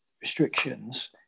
restrictions